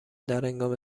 درهنگام